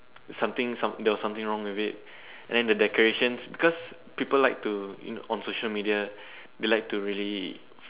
something some there was something wrong with it and then the decorations because people like to on social media they like to really